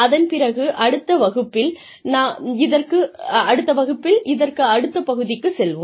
அதன் பிறகு அடுத்த வகுப்பில் இதற்கு அடுத்த பகுதிக்குச் செல்வோம்